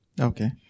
Okay